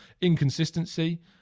Inconsistency